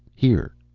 here.